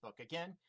Again